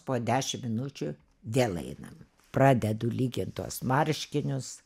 po dešim minučių vėl einam pradedu lygint tuos marškinius